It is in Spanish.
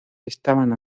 estaban